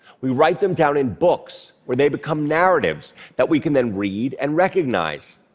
we write them down in books, where they become narratives that we can then read and recognize.